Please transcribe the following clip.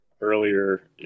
earlier